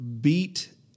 beat